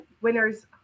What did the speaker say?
winner's